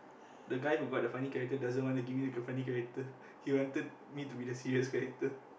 the guy who got the funny character doesn't want to give me the funny character he wanted me to be the serious character